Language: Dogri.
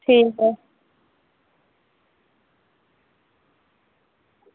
ठीक